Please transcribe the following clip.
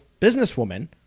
businesswoman